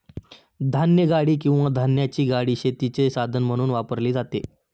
धान्यगाडी किंवा धान्याची गाडी शेतीचे साधन म्हणून वापरली जाते